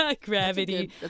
Gravity